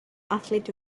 athlete